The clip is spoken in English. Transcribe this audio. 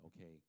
okay